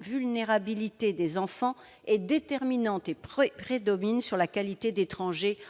vulnérabilité de l'enfant est déterminante et prédomine sur la qualité d'étranger en